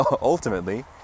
Ultimately